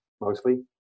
mostly